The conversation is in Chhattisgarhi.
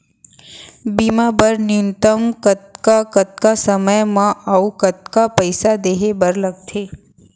बीमा बर न्यूनतम कतका कतका समय मा अऊ कतका पइसा देहे बर लगथे